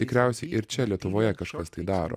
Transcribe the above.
tikriausiai ir čia lietuvoje kažkas tai daro